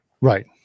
Right